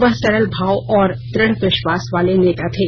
वह सरल भाव और दृढ़ विश्वास वाले नेता थे